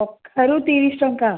କଖାରୁ ତିରିଶ ଟଙ୍କା